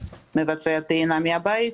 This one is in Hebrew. מבצע טעינה מהבית,